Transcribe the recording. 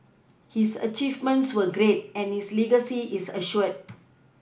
his achievements were great and his legacy is assured